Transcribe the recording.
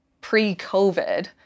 pre-COVID